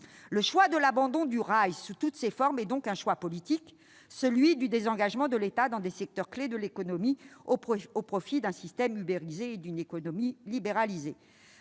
Le choix de l'abandon du rail sous toutes ses formes est donc un choix politique, celui du désengagement de l'État des secteurs clefs de l'économie au profit d'un système ubérisé et d'une économie libéralisée.